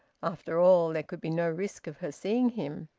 after all, there could be no risk of her seeing him.